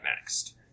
next